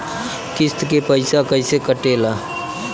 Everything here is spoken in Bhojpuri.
किस्त के पैसा कैसे कटेला?